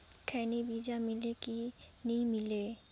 खैनी बिजा मिले कि नी मिले?